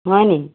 হয় নেকি